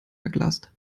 verglast